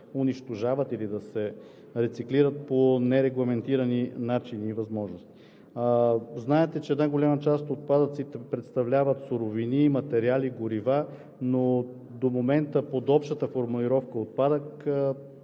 унищожават или да се рециклират по нерегламентирани начини и възможности. Знаете, че голяма част от отпадъците представляват суровини, материали, горива, но до момента под общата формулировка „отпадък“